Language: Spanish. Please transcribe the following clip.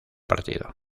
partido